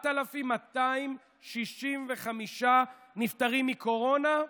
4,265 נפטרים מקורונה,